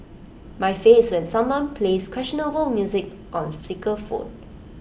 my face when someone plays questionable music on speaker phone